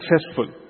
successful